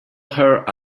her